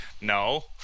no